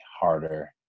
harder